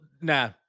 Nah